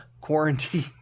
quarantine